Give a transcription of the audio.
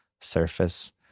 Surface